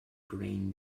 grain